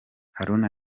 haruna